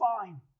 fine